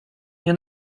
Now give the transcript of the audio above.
nie